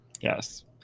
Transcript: yes